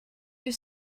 your